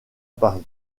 paris